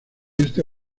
este